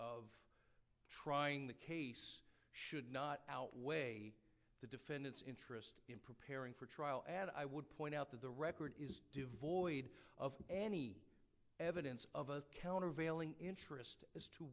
of trying the case should not outweigh the defendant's interest in preparing for trial and i would point out that the record is devoid of any evidence of a countervailing interest